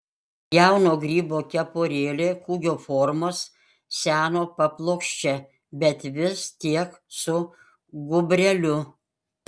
jauno grybo kepurėlė kūgio formos seno paplokščia bet vis tiek su gūbreliu